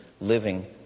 living